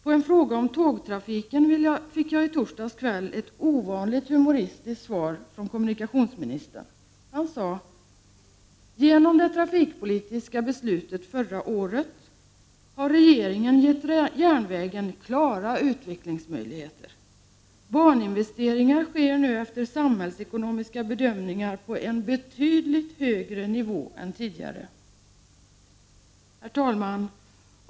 På en fråga om tågtrafiken fick jag i tisdags kväll ett ovanligt humoristiskt svar från kommunikationsministern. Han sade: ”Genom det trafikpolitiska beslutet förra året har regeringen gett järnvägen klara utvecklingsmöjligheter. Baninvesteringar sker nu efter samhällsekonomiska bedömningar på en betydligt högre nivå än tidigare.” Herr talman!